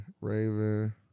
Raven